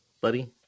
Buddy